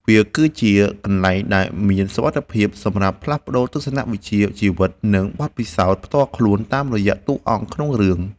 វាគឺជាកន្លែងដែលមានសុវត្ថិភាពសម្រាប់ផ្លាស់ប្តូរទស្សនវិជ្ជាជីវិត និងបទពិសោធន៍ផ្ទាល់ខ្លួនតាមរយៈតួអង្គក្នុងរឿង។